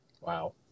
Wow